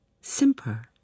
simper